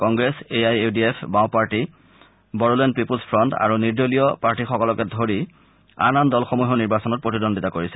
Congress A I U D F বাওঁপাৰ্টী Bodoland people's front আৰু নিৰ্দলীয় প্ৰাৰ্থীসকলকে ধৰি আন আন দলসমূহেও নিৰ্বাচনত প্ৰতিদ্বন্দ্বিতা কৰিছে